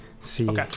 see